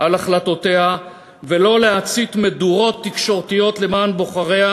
על החלטותיה ולא להצית מדורות תקשורתיות למען בוחריה,